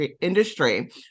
industry